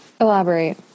elaborate